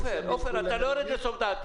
יורד לסוף דעתם